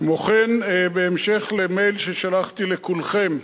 כמו כן, בהמשך למייל ששלחתי לכולכם,